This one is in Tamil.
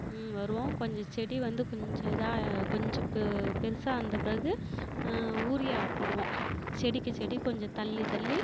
வருவோம் கொஞ்சம் செடி வந்து கொஞ்சம் இதாக கொஞ்சம் பெ பெருசாக வந்த பிறகு யூரியா போடுவோம் செடிக்கு செடி கொஞ்சம் தள்ளி தள்ளி